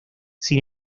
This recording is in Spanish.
sin